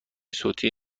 صوتی